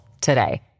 today